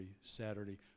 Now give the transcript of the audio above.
Saturday